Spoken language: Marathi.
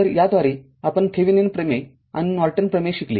तर याद्वारे आपण थेविनिन प्रमेय आणि नॉर्टन प्रमेय शिकले